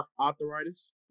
Arthritis